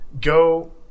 go